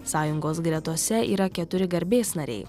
sąjungos gretose yra keturi garbės nariai